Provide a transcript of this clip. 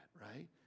right